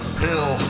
pill